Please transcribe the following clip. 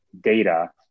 data